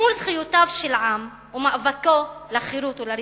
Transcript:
מול זכויותיו של עם ומאבקו לחירות ולריבונות,